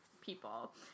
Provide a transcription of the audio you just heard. people